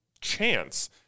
chance